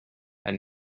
and